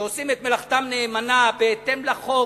שעושים את מלאכתם נאמנה, בהתאם לחוק,